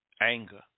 Anger